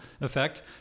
effect